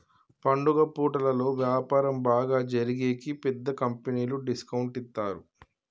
పండుగ పూటలలో వ్యాపారం బాగా జరిగేకి పెద్ద కంపెనీలు డిస్కౌంట్ ఇత్తారు